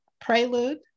prelude